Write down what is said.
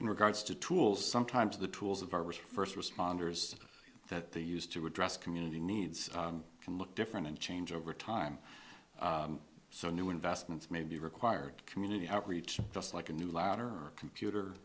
in regards to tools sometimes the tools of our with first responders that they used to address community needs can look different and change over time so new investments may be required community outreach just like a new ladder or a computer